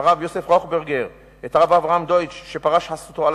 את הרב יוסף ראוכברגר ואת הרב אברהם דויטש שפרס חסותו על